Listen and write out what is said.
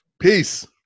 Peace